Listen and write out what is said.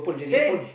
same